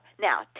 now